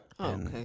okay